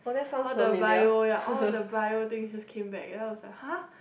all the Bio ya all the Bio thing just came back then I was like !huh!